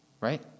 right